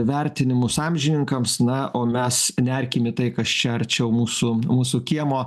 vertinimus amžininkams na o mes nerkim į tai kas čia arčiau mūsų mūsų kiemo